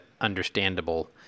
understandable